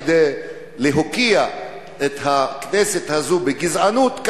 כדי להוקיע את הכנסת הזאת על גזענות,